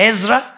Ezra